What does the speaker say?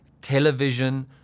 television